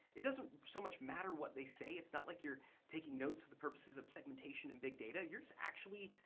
it doesn't so much matter what they say. it's not like you're taking notes for the purposes of segmentation and big data. you're just actually,